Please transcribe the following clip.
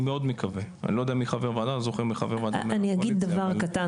אני לא יודע מי חברי הוועדה הזאת -- אני אגיד דבר קטן